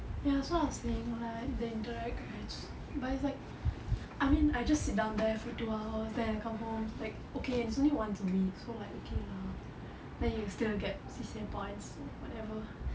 ya so I was saying like the interact hearts but it's like I mean I just sit down there for two hours then I come home then okay it's only once a week so like okay lah then you still get C_C_A points so whatever